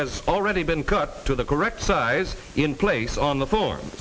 has already been cut to the correct size in place on the f